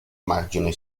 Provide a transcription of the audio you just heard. margine